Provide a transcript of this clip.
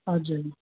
हजुर